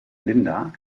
linda